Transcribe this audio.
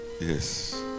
Yes